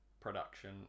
production